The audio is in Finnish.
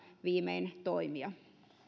viimein toimia